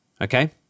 Okay